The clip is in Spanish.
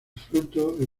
fruto